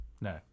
No